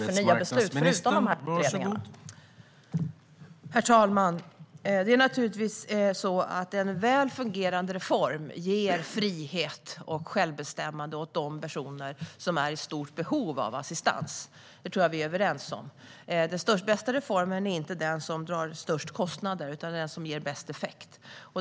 Herr talman! En väl fungerande reform ger frihet och självbestämmande åt de personer som är i stort behov av assistans. Det är vi överens om. Den bästa reformen är inte den som drar störst kostnader, utan det är den som ger bäst effekt.